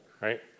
right